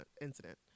incident